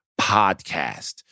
podcast